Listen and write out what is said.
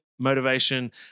motivation